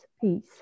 peace